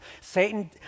Satan